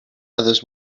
others